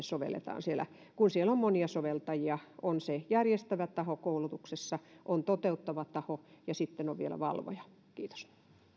sovelletaan kun siellä on monia soveltajia on se järjestävä taho koulutuksessa on toteuttava taho ja sitten on vielä valvoja kiitos